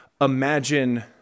imagine